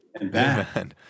Amen